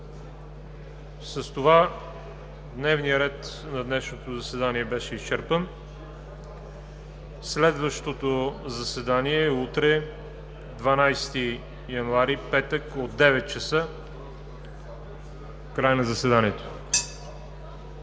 С това дневния ред на днешното заседание беше изчерпан. Следващото заседание е утре – 12 януари, петък, от 9,00 ч. (Звъни.) (Закрито